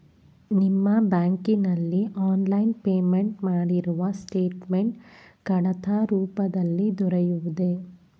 ನಿಮ್ಮ ಬ್ಯಾಂಕಿನಲ್ಲಿ online payment ಮಾಡಿರುವ ಸ್ಟೇಟ್ಮೆಂಟ್ ಕಡತ ರೂಪದಲ್ಲಿ ದೊರೆಯುವುದೇ?